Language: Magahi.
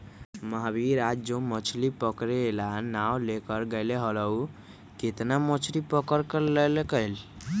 महावीर आज जो मछ्ली पकड़े ला नाव लेकर गय लय हल ऊ कितना मछ्ली पकड़ कर लल कय?